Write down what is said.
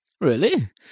Really